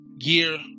year